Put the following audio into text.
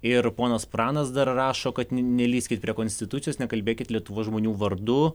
ir ponas pranas dar rašo kad nelįskit prie konstitucijos nekalbėkit lietuvos žmonių vardu